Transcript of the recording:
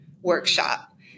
workshop